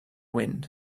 wind